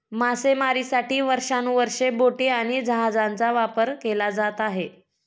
मासेमारीसाठी वर्षानुवर्षे बोटी आणि जहाजांचा वापर केला जात आहे